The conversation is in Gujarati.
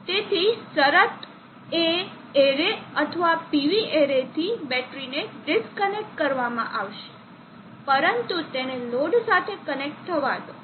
તેથી શરત એ એરે અથવા PV એરેથી બેટરીને ડિસ્કનેક્ટ કરવામાં આવશે પરંતુ તેને લોડ સાથે કનેક્ટ થવા દો